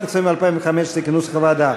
לשנת הכספים 2015 התקבל כנוסח הוועדה.